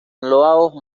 laos